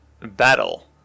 battle